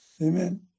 Amen